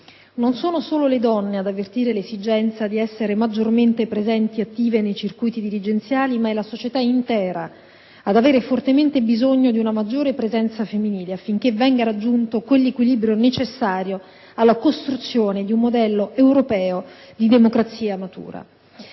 Non sono solo le donne ad avvertire l'esigenza di essere maggiormente presenti ed attive nei circuiti dirigenziali, ma è la società intera ad avere fortemente bisogno di una maggiore presenza femminile affinché venga raggiunto quell'equilibrio necessario alla costruzione di un modello europeo di democrazia matura.